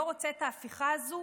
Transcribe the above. לא רוצה את ההפיכה הזו